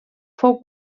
fou